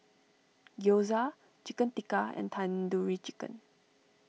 Gyoza Chicken Tikka and Tandoori Chicken